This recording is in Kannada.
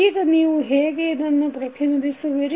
ಈಗ ನೀವು ಹೇಗೆ ಇದನ್ನು ಪ್ರತಿನಿಧಿಸುವಿರಿ